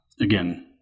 again